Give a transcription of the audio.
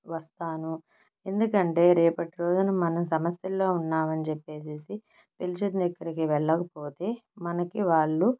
వస్తాను ఎందుకంటే రేపటి రోజున మనం సమస్యల్లో ఉన్నామని చెప్పేసేసి పిలిచిన దగ్గరకి వెళ్ళకపోతే మనకి వాళ్ళు